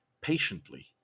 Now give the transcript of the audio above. patiently